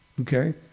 Okay